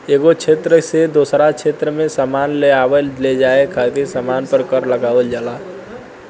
एगो क्षेत्र से दोसरा क्षेत्र में सामान लेआवे लेजाये खातिर सामान पर कर लगावल जाला